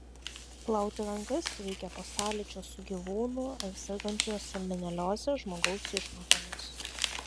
plauti rankas reikia po sąlyčio su gyvūnų ar sergančio salmonelioze žmogaus išmatomis